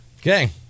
Okay